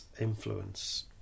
influence